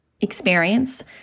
experience